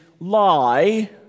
lie